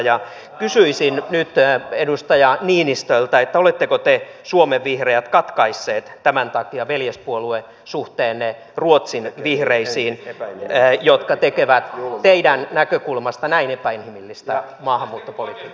ja kysyisin nyt edustaja niinistöltä että oletteko te suomen vihreät katkaisseet tämän takia veljespuoluesuhteenne ruotsin vihreisiin jotka tekevät teidän näkökulmastanne näin epäinhimillistä maahanmuuttopolitiikkaa